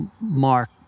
Mark